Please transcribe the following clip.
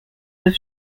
have